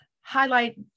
highlight